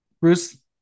bruce